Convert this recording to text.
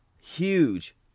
huge